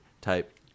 type